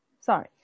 sorry